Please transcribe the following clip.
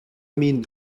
min